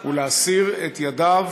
הוא להסיר את ידיו